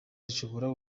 zishobora